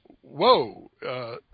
whoa